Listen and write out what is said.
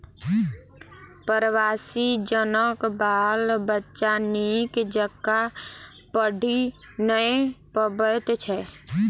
प्रवासी जनक बाल बच्चा नीक जकाँ पढ़ि नै पबैत छै